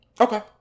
Okay